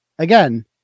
Again